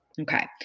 Okay